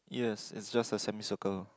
yes it just a semi circle